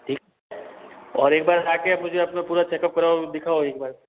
और एक बार आकर आप मुझे अपना पूरा चेकअप करवाओ दिखाओ एक बार